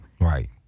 Right